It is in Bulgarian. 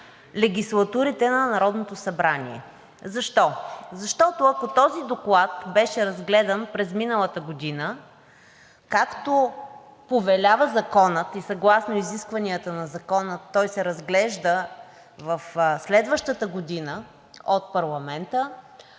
легислатурите на Народното събрание. Защо? Защото, ако този доклад беше разгледан през миналата година, както повелява Законът и съгласно изискванията на Закона, той се разглежда в следващата година от парламента,